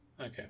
Okay